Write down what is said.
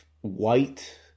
white